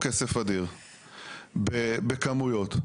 -- היא הבינה שבתוך המשבר היא עושה יותר כסף.